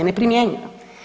Ne primjenjuju.